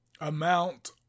amount